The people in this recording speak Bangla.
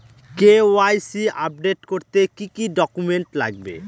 কে.ওয়াই.সি আপডেট করতে কি কি ডকুমেন্টস লাগবে?